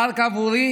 מרק עבורי